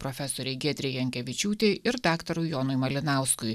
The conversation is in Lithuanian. profesorei giedrei jankevičiūtei ir daktarui jonui malinauskui